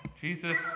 Jesus